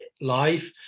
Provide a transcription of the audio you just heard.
life